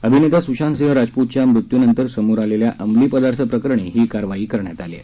अभिनेता स्शांत सिंह राजपूतच्या मृत्यूनंतर समोर आलेल्या अंमली पदार्थ प्रकरणी ही कारवाई करण्यात आली आहे